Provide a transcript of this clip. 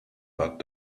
but